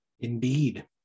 Indeed